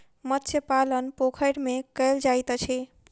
मत्स्य पालन पोखैर में कायल जाइत अछि